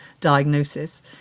diagnosis